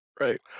Right